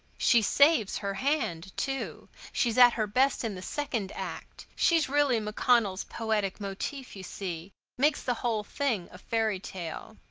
she saves her hand, too. she's at her best in the second act. she's really macconnell's poetic motif, you see makes the whole thing a fairy tale.